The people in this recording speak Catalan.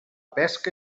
pesca